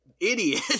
idiot